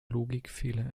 logikfehler